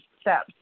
steps